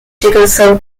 chickasaw